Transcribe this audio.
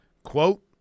Quote